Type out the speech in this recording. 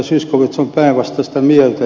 zyskowicz on päinvastaista mieltä